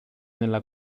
nella